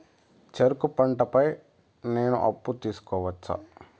చెరుకు పంట పై నేను అప్పు తీసుకోవచ్చా?